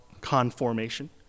conformation